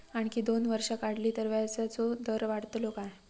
आणखी दोन वर्षा वाढली तर व्याजाचो दर वाढतलो काय?